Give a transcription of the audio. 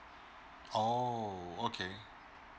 oh okay